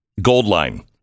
Goldline